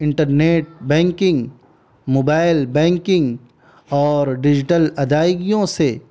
internet banking mobile banking اور ڈیجیٹل ادائیگیوں سے